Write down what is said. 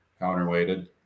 counterweighted